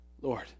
Lord